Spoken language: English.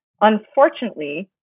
Unfortunately